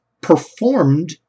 performed